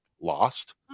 Lost